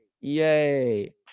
Yay